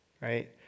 right